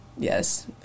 Yes